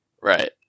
Right